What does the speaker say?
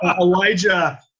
Elijah